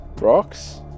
Rocks